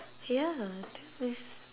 ya that is